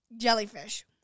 jellyfish